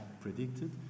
predicted